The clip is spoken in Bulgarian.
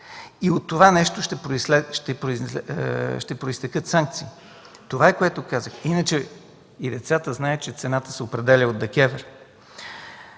И от това нещо ще произтекат санкции. Това е, което казах. Иначе и децата знаят, че цената се определя от ДКЕВР.